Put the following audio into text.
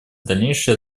дальнейшее